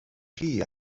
chi